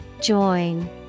join